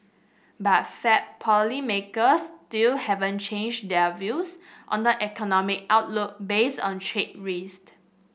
but Fed policymakers still haven't changed their views on the economic outlook based on trade risk